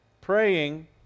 praying